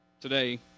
Today